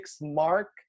mark